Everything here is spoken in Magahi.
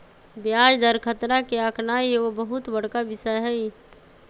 ब्याज दर खतरा के आकनाइ एगो बहुत बड़का विषय हइ